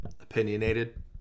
opinionated